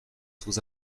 sous